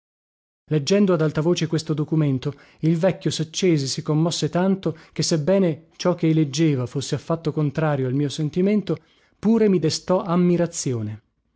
leggendo ad alta voce questo documento il vecchio saccese e si commosse tanto che sebbene ciò chei leggeva fosse affatto contrario al mio sentimento pure mi destò ammirazione